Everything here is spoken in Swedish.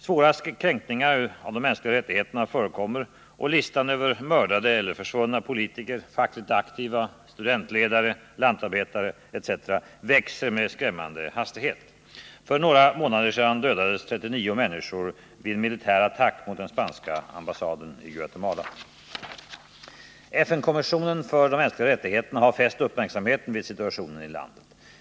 Svåra kränkningar av de mänskliga rättigheterna förekommer och listan över mördade eller försvunna politiker, fackligt aktiva, studentledare och lantarbetare växer med skrämmande hastighet. För några månader sedan dödades 39 människor vid en militär attack mot den spanska ambassaden i Guatemala. FN:s kommission för de mänskliga rättigheterna har fäst uppmärksamheten vid situationen i landet.